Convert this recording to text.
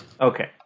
Okay